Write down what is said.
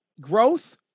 growth